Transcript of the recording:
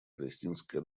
палестинской